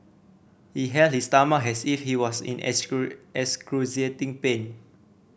he held his stomach has if he was in excruciating pain